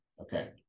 Okay